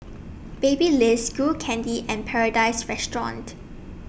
Babyliss Skull Candy and Paradise Restaurant